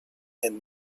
and